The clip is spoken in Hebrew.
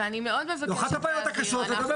ואני מאוד מבקשת להעביר.